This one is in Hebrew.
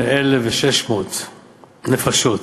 1,838,600 נפשות,